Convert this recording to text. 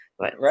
Right